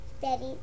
Betty